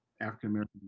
African-American